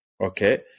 Okay